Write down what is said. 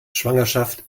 schwangerschaft